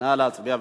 נא להצביע.